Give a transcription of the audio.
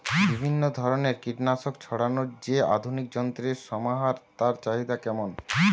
বিভিন্ন ধরনের কীটনাশক ছড়ানোর যে আধুনিক যন্ত্রের সমাহার তার চাহিদা কেমন?